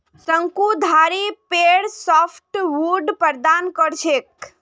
शंकुधारी पेड़ सॉफ्टवुड प्रदान कर छेक